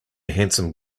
handsome